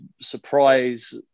surprise